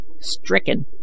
stricken